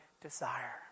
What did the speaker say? desire